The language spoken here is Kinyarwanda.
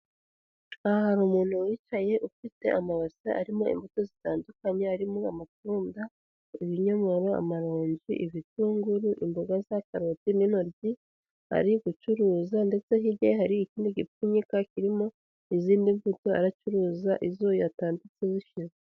Aha hari umuntu wicaye ufite amabasi arimo imbuto zitandukanye harimo amatunda ibinyomoro, amaronji, ibitunguru, imboga za karoti n'intoryi, ari gucuruza, ndetse hirya hari ikindi gipfunyika kirimo izindi mbuto aracuruza izo yatanditse zishize.